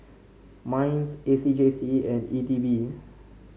Minds A C J C and E D B